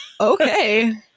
Okay